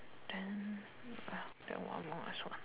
then ah then what more is what